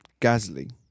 Gasly